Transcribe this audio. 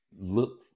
look